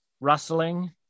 rustling